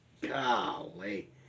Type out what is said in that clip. Golly